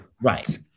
Right